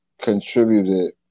contributed